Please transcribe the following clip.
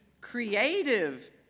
creative